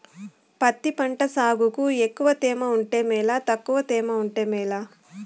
పత్తి పంట సాగుకు ఎక్కువగా తేమ ఉంటే మేలా తక్కువ తేమ ఉంటే మేలా?